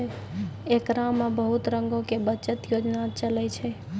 एकरा मे बहुते रंगो के बचत योजना चलै छै